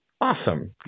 Awesome